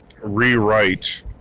rewrite